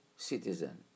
Citizen